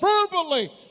verbally